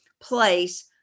place